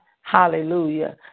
hallelujah